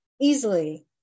Easily